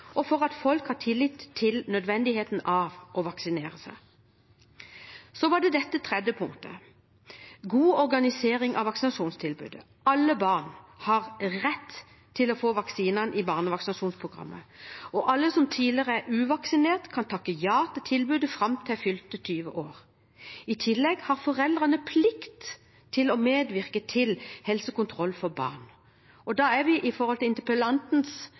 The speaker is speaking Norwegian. og for at folk har tillit til nødvendigheten av å vaksinere seg. Så til det tredje punktet – god organisering av vaksinasjonstilbudet. Alle barn har rett til å få vaksinene i barnevaksinasjonsprogrammet, og alle som tidligere er uvaksinert, kan takke ja til tilbudet fram til fylte 20 år. I tillegg har foreldrene plikt til å medvirke til helsekontroll for barn, og da er vi ved kjernen av interpellantens